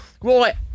Right